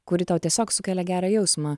kuri tau tiesiog sukelia gerą jausmą